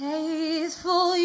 Faithful